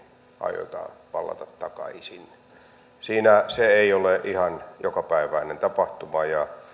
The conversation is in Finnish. aiotaan vallata takaisin se ei ole ihan jokapäiväinen tapahtuma ja